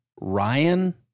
Ryan